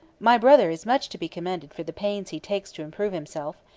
my brother is much to be commended for the pains he takes to improve himself.